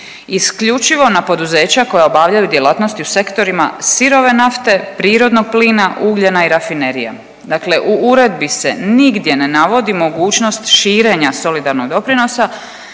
isključivo na poduzeća koja obavljaju djelatnost i u sektorima sirove nafte, prirodnog plina, ugljena i rafinerija. Dakle, u Uredbi se nigdje ne navodi mogućnost širenja solidarnog doprinosa